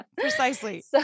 precisely